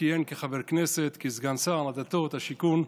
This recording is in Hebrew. כיהן כחבר כנסת, כסגן שר הדתות, כסגן שר השיכון,